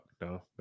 No